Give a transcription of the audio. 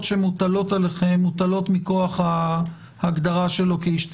שמוטלות עליכם מוטלות מכוח ההגדרה שלו כאיש ציבור.